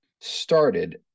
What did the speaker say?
started